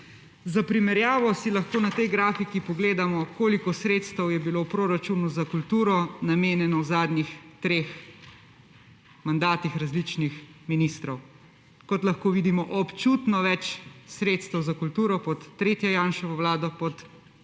Za primerjavo si lahko na tej grafiki / pokaže predmet/ pogledamo, koliko sredstev je bilo v proračunu za kulturo namenjenih v zadnjih treh mandatih različnih ministrov. Kot lahko vidimo, občutno več sredstev za kulturo pod tretjo Janševo vlado, pod